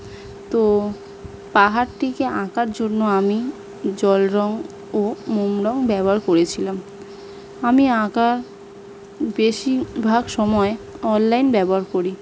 তো পাহাড়টিকে আঁকার জন্য আমি জল রং ও মোম রং ব্যবহার করেছিলাম আমি আঁকা বেশিরভাগ সময় অনলাইন ব্যবহার করি